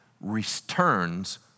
returns